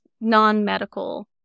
non-medical